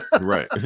Right